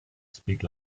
speak